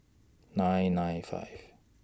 nine nine five